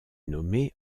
nommée